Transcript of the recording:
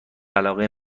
علاقه